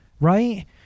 right